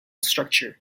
structure